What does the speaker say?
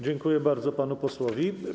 Dziękuję bardzo panu posłowi.